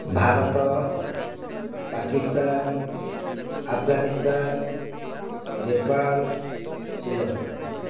Bharat Pakistan Afghanistan Nepal Sri Lanka